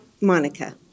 monica